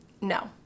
no